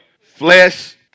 Flesh